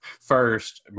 first